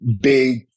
big